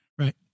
Right